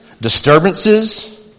disturbances